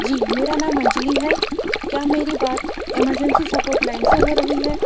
جی میرا نام انجلی ہے کیا میری بات ایمرجنسی سپورٹ لائن سے ہو رہی ہے